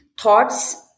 thoughts